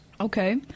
Okay